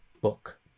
book